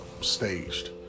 staged